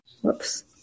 Whoops